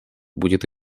будет